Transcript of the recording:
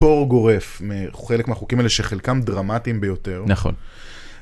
גורף, חלק מהחוקים האלה שחלקם דרמטיים ביותר. נכון.